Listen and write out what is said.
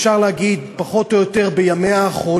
אפשר להגיד, פחות או יותר בימיה האחרונים,